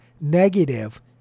negative